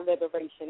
liberation